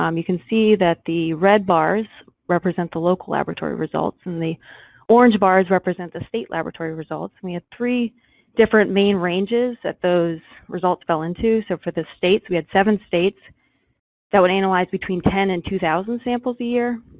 um you can see that the red bars represent the local laboratory results and the orange bars represent the state laboratory results. we have three different main ranges that those results fell into, so for the states, we had seven states that would analyze between ten and two thousand samples samples a year,